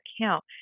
account